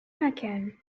مكان